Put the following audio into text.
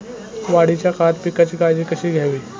वाढीच्या काळात पिकांची काळजी कशी घ्यावी?